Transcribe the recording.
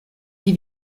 die